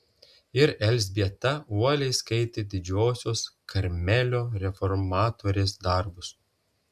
ir elzbieta uoliai skaitė didžiosios karmelio reformatorės darbus